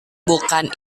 bukan